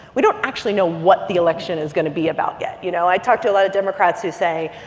we don't actually know what the election is going to be about yet. you know, i talked to a lot of democrats who say,